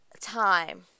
time